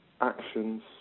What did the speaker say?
actions